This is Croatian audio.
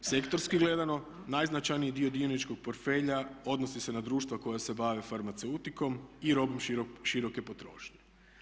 Sektorski gledano najznačajniji dio dioničkog portfelja odnosi se na društva koja se bave farmaceutikom i robom široke potrošnje.